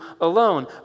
alone